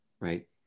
right